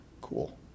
Cool